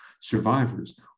survivors